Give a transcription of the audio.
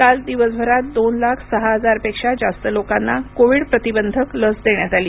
काल दिवसभरात दोन लाख सहा हजारपेक्षा जास्त लोकांना कोविड प्रतिबंधक लस देण्यात आली